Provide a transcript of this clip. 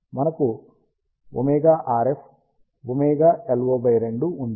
మనకు ωRF ωLO2 ఉంది